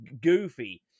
goofy